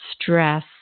stress